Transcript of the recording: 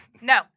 No